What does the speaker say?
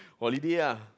holiday ah